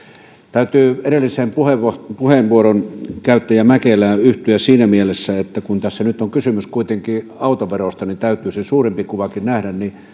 täytyy edellisen puheenvuoron puheenvuoron käyttäjä mäkelään yhtyä siinä mielessä että kun tässä nyt on kysymys kuitenkin autoverosta niin täytyy se suurempi kuvakin nähdä ja